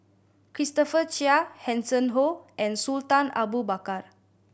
Christopher Chia Hanson Ho and Sultan Abu Bakar